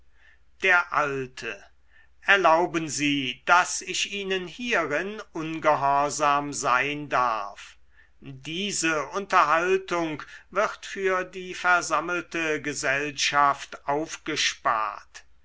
der alte erlauben sie daß ich ihnen hierin ungehorsam sein darf diese unterhaltung wird für die versammelte gesellschaft aufgespart